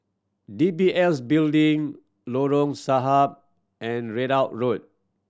D B S Building Lorong Sahad and Ridout Road